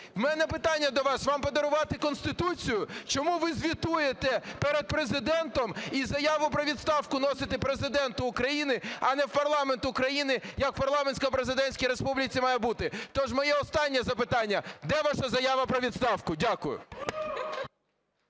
В мене питання до вас: вам подарувати Конституцію? Чому ви звітуєте перед Президентом і заяву про відставку носите Президенту України, а не в парламент України як в парламентсько-президентській республіці має бути? Тож моє останнє запитання: де ваша заява про відставку? Дякую.